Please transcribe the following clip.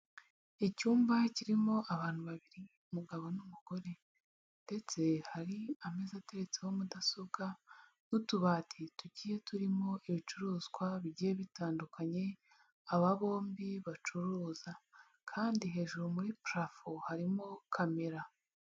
Icyumba kirimo abantu babiri umugabo n'umugore ndetse hari ameza ateretseho mudasobwa, n'utubati tugiye turimo ibicuruzwa bigiye bitandukanye, aba bombi bacuruza, kandi hejuru muri prafo harimo camera.